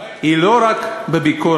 האמת היא לא רק בביקורת,